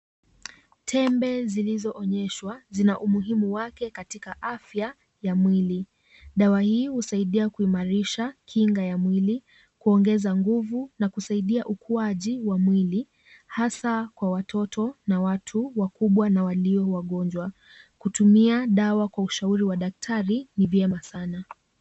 Tembe zilizoonyeshwa zina umuhimu wake katika afya ya mwili. Dawa hii husaidia kuimarisha kinga ya mwili, kuongeza nguvu na kusaidia ukuaji wa mwili hasa kwa watoto na watu wakubwa na walio wagonjwa. Kutumia dawa kwa ushauri wa daktari ni vyema sana.